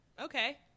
okay